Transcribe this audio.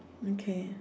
okay